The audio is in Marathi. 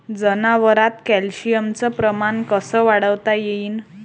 जनावरात कॅल्शियमचं प्रमान कस वाढवता येईन?